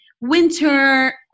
winter